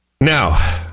Now